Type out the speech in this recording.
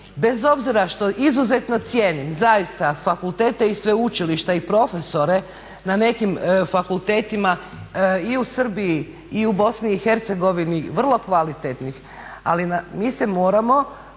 Bez obzira što izuzetno cijenim zaista fakultete i sveučilišta i profesore na nekim fakultetima i u Srbiji i BiH vrlo kvalitetni ali mi se moramo,